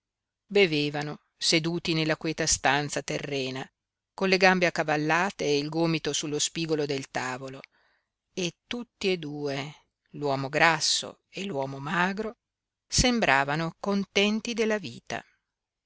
bevevano seduti nella queta stanza terrena con le gambe accavallate e il gomito sullo spigolo del tavolo e tutti e due l'uomo grasso e l'uomo magro sembravano contenti della vita